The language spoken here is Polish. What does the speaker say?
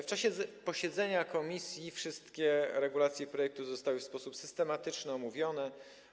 W czasie posiedzenia komisji wszystkie regulacje projektu zostały w sposób systematyczny omówione.